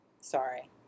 Sorry